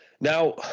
Now